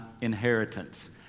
inheritance